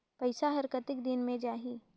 पइसा हर कतेक दिन मे जाही?